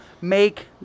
make